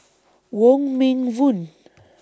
Wong Meng Voon